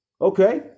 Okay